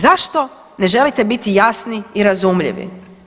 Zašto ne želite biti jasni i razumljivi?